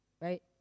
Right